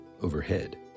overhead